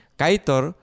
kaitor